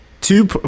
Two